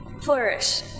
Flourish